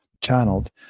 channeled